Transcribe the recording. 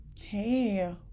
Hey